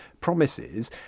promises